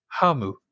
Hamu